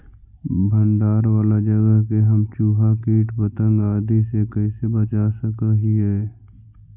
भंडार वाला जगह के हम चुहा, किट पतंग, आदि से कैसे बचा सक हिय?